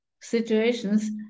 situations